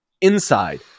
Inside